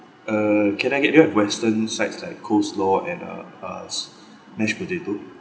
uh can I get do you have western sides like coleslaw and uh uh mashed potato